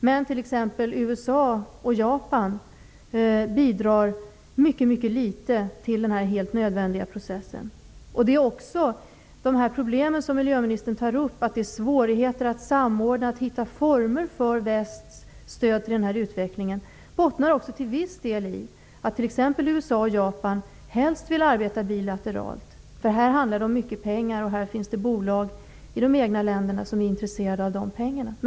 Men USA och Japan bidrar mycket litet till den här helt nödvändiga processen. Det problem som miljöministern tar upp, dvs. svårigheterna att samordna och hitta former för västs stöd till utvecklingen, bottnar till viss del i att USA och Japan helst vill arbeta bilateralt. Här handlar det om mycket pengar, och det finns bolag i de egna länderna som är intresserade av de pengarna.